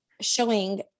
showing